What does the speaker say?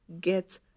Get